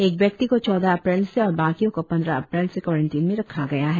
एक व्यक्ति को चौदह अप्रैल से और बाकियों को पंद्रह अप्रैल से क्वारेंटिन में रखा गया है